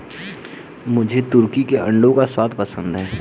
मुझे तुर्की के अंडों का स्वाद पसंद है